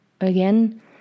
again